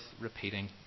repeating